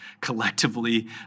collectively